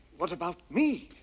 what about me?